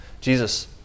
Jesus